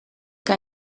kan